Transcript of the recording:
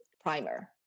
primer